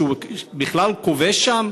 שהוא בכלל כובש שם?